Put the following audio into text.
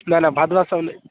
नहि नहि भदबासब नहि अइ